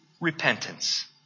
repentance